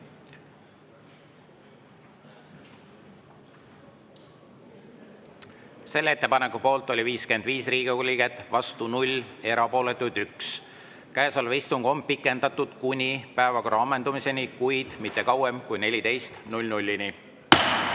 Selle ettepaneku poolt oli 55 Riigikogu liiget, vastu 0, erapooletuid 1. Istung on pikendatud kuni päevakorra ammendumiseni, kuid mitte kauem kui kella